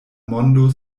mondo